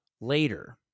later